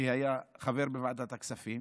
שהיה חבר בוועדת הכספים,